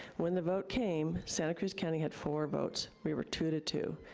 when the vote came, santa cruz county had four votes. we were two to two.